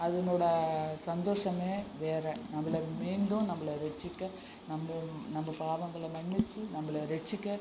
அதனோடய சந்தோஷமே வேறு நம்மள மீண்டும் நம்மளை ரட்சிக்க நம்ம நம்ம பாவங்களை மன்னிச்சு நம்மளை ரட்சிக்க